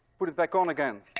put it back on again.